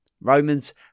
Romans